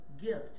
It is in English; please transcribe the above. gift